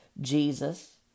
Jesus